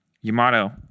Yamato